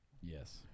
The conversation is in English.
Yes